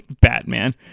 Batman